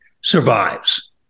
survives